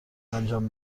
انجام